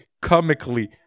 comically